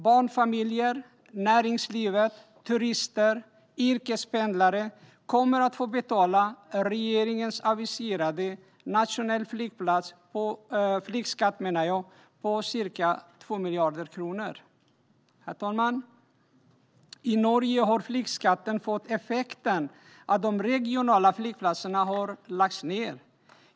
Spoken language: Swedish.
Barnfamiljer, näringslivet, turister och yrkespendlare kommer att få betala regeringens aviserade nationella flygskatt på ca 2 miljarder kronor. Herr talman! I Norge har flygskatten fått effekten att de regionala flygplatserna har lagts ned.